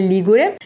Ligure